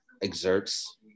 exerts